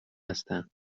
هستن